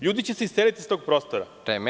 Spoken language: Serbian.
Ljudi će se iseliti iz tog prostora.